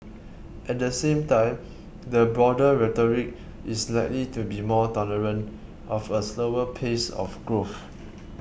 at the same time the broader rhetoric is likely to be more tolerant of a slower pace of growth